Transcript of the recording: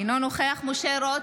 אינו נוכח משה רוט,